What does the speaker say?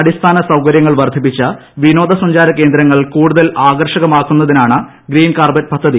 അടിസ്ഥാന സൌകര്യങ്ങൾ വർധിപ്പിച്ച് വിനോദസഞ്ചാര കേന്ദ്രങ്ങൾ കൂടുതൽ ആകർഷകമാക്കുന്നതാണ് ഗ്രീൻ കാർപറ്റ് പദ്ധതി